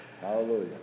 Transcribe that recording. Hallelujah